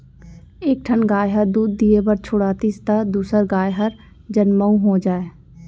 एक ठन गाय ह दूद दिये बर छोड़ातिस त दूसर गाय हर जनमउ हो जाए